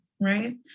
right